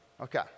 Okay